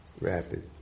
Rapid